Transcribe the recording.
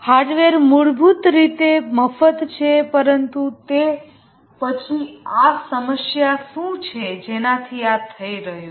hardware મૂળભૂત રીતે મફત છે પરંતુ તે પછી આ સમસ્યા શું છે જેનાથી આ થઈ રહ્યું છે